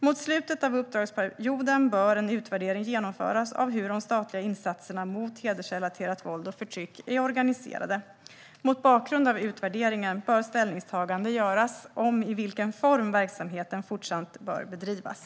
Mot slutet av uppdragsperioden bör en utvärdering genomföras av hur de statliga insatserna mot hedersrelaterat våld och förtryck är organiserade. Mot bakgrund av utvärderingen bör ställningstagande göras om i vilken form verksamheten bör fortsätta att bedrivas.